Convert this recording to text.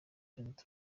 perezida